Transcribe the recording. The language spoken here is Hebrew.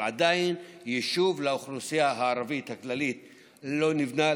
אבל עדיין יישוב לאוכלוסייה הערבית הכללית לא נבנה,